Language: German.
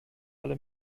alle